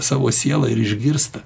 savo sielą ir išgirsta